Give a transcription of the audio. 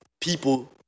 people